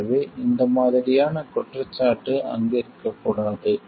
எனவே இந்த மாதிரியான குற்றச் சாட்டு அங்கு இருக்கக் கூடாது